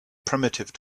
primitive